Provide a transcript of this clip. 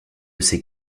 ces